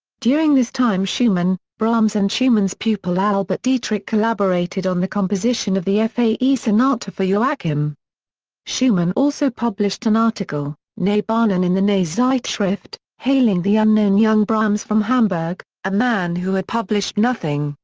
during this time schumann, brahms and schumann's pupil albert dietrich collaborated on the composition of the f a e sonata for joachim schumann also published an article, neue bahnen in the neue zeitschrift, hailing the unknown young brahms from hamburg, a man who had published nothing,